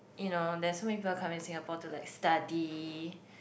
you know there's so many people coming Singapore to like study